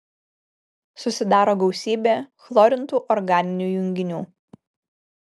susidaro gausybė chlorintų organinių junginių